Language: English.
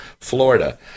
Florida